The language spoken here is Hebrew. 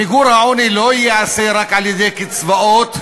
מיגור העוני לא ייעשה רק על-ידי קצבאות,